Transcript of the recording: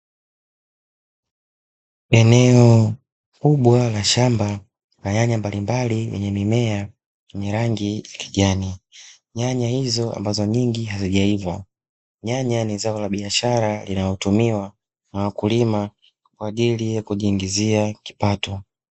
Eneo kubwa la shamba la nyanya mbalimbali lenye mimea yenye rangi ya kijani, nyanya hizo ambazo nyingi ambazo hazijaiva, nyanya ni zao la biashara linalotumiwa na wakulima kwa ajili ya kujiingizia kipato.